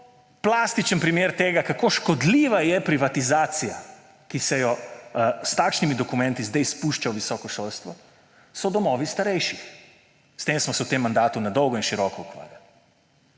plastičen primer tega, kako škodljiva je privatizacija, ki se jo s takšnimi dokumenti zdaj spušča v visoko šolstvo, so domovi starejših. S tem smo se v tem mandatu na dolgo in široko ukvarjali.